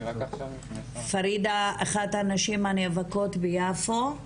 פרידה אחת הנשים הנאבקות ביפו,